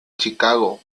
chicago